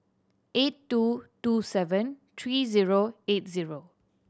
eight two two seven three zero eight zero